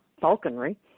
falconry